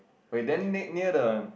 wait then nate near the